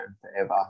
forever